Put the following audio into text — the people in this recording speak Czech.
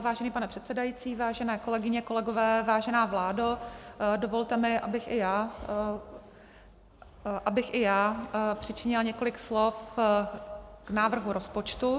Vážený pane předsedající, vážené kolegyně, kolegové, vážená vládo, dovolte mi, abych i já přičinila několik slov k návrhu rozpočtu.